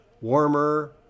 Warmer